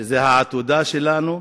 שהם העתודה שלנו.